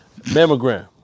Mammogram